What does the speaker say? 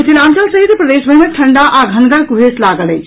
मिथिलांचल सहित प्रदेशभरि मे ठंडा आ घनगर कुहेस लागल अछि